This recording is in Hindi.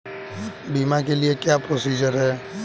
बीमा के लिए क्या क्या प्रोसीजर है?